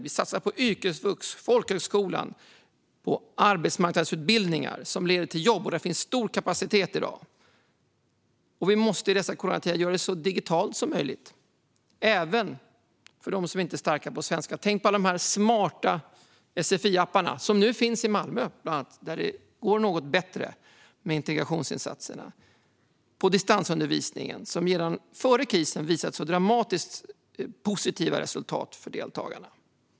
Vi satsar på yrkesvux, folkhögskola och arbetsmarknadsutbildningar som leder till jobb. Här finns stor kapacitet. I dessa coronatider måste vi också göra allt så digitalt som möjligt, även för dem som inte är starka på svenska. Tänk bara på de smarta sfi-apparna, som bland annat finns i Malmö, där ju integrationen går något bättre. Distansundervisning visade redan före krisen på dramatiskt positiva resultat för deltagarna.